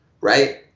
right